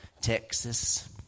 Texas